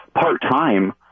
part-time